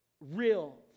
real